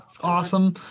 awesome